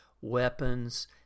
weapons